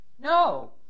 No